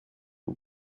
who